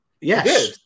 yes